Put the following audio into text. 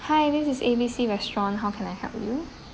hi this is A B C restaurant how can I help you